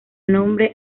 nombre